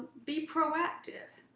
be proactive.